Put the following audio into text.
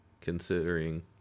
considering